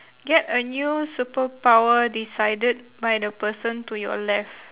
get a new superpower decided by the person to your left